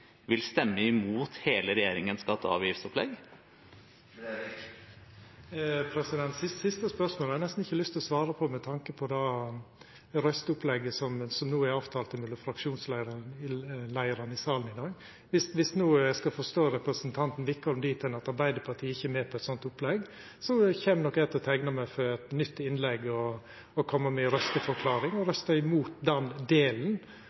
vil stemme imot hele regjeringens skatte- og avgiftsopplegg? Det siste spørsmålet har eg nesten ikkje lyst til å svara på, med tanke på det røysteopplegget som no er avtalt mellom fraksjonsleiarane i salen i dag. Viss eg forstår representanten Wickholm dit at Arbeidarpartiet ikkje er med på eit sånt opplegg, kjem nok eg til å teikna meg for eit nytt innlegg, koma med ei røysteforklaring og røysta imot den delen